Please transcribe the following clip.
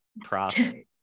profit